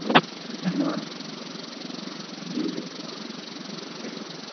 okay sir धन्यवाद sir ji sir okay